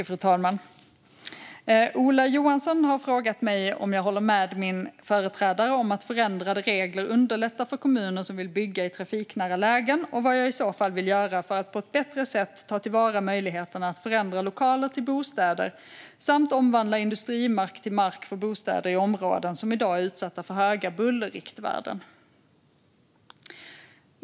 Fru talman! Ola Johansson har frågat mig om jag håller med min företrädare om att förändrade regler underlättar för kommuner som vill bygga i trafiknära lägen och vad jag i så fall vill göra för att på ett bättre sätt ta till vara möjligheterna att förändra lokaler till bostäder samt omvandla industrimark till mark för bostäder i områden som i dag är utsatta för höga bullerriktvärden.